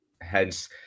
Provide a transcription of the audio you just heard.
hence